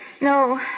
No